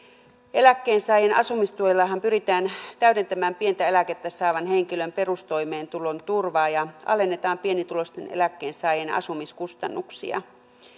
eläkkeensaajien asumistuellahan pyritään täydentämään pientä eläkettä saavan henkilön perustoimeentulon turvaa ja alennetaan pienituloisten eläkkeensaajien asumiskustannuksia